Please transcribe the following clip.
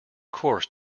course